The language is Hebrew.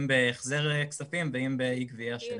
אם בהחזר כספים ואם באי גבייה שלהם.